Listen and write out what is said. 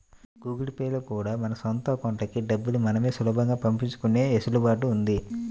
Google Pay లో కూడా మన సొంత అకౌంట్లకి డబ్బుల్ని మనమే సులభంగా పంపించుకునే వెసులుబాటు ఉంది